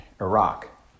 Iraq